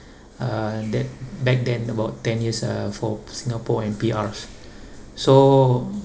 uh that back then about ten years uh for Singapore and P_Rs so